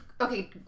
okay